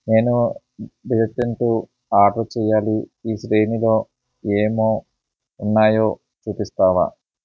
నేను detergent order చెయ్యాలి ఈ శ్రేణిలో ఏం ఉన్నాయో చూపిస్తావా